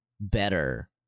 better